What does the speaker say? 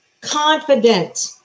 Confident